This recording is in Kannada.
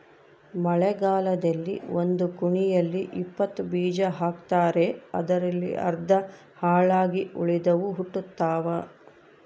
ಮಳೆಗಾಲದಲ್ಲಿ ಒಂದು ಕುಣಿಯಲ್ಲಿ ಇಪ್ಪತ್ತು ಬೀಜ ಹಾಕ್ತಾರೆ ಅದರಲ್ಲಿ ಅರ್ಧ ಹಾಳಾಗಿ ಉಳಿದವು ಹುಟ್ಟುತಾವ